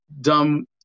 dumb